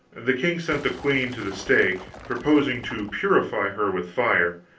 the king sent the queen to the stake, proposing to purify her with fire.